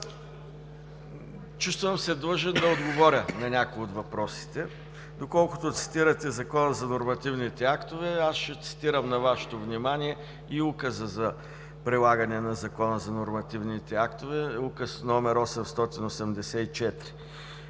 Чувствам се длъжен да отговоря на някои от въпросите. Доколкото цитирате Закона за нормативните актове, ще цитирам на Вашето внимание и Указа за прилагане на Закона за нормативните актове – Указ № 884.: